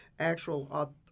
actual